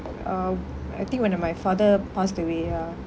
uh I think when uh my father passed away ya